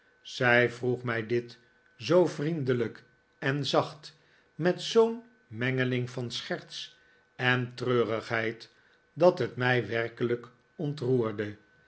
zij vroeg mij dit zoo vriendelijk en zacht met zoo'n mengeling van scherts en treurigheid dat het mij werkelijk ontroerde